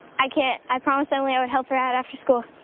i can't. i promised emily i would help her out after school.